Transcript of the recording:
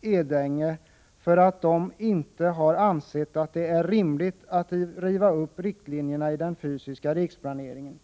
Edänge, därför att de inte har ansett att det är rimligt att riva upp riktlinjerna i den fysiska riksplaneringen.